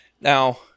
Now